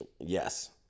Yes